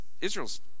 Israel's